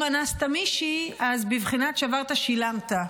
אם אנסת מישהי, אז בבחינת שברת, שילמת.